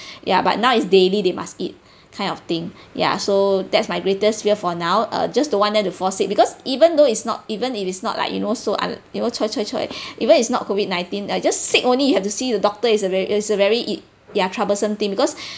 ya but now it's daily they must eat kind of thing ya so that's my greatest fear for now uh just don't want them to fall sick because even though it's not even if it's not like you know so un~ you know choi choi choi even it's not COVID nineteen I just sick only you have to see the doctor is a very is a very it ya troublesome thing because